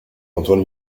antoine